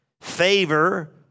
Favor